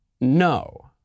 no